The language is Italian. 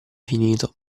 finito